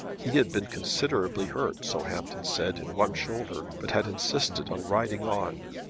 he had been considerably hurt, so hampton said, in one shoulder, but had insisted on riding on.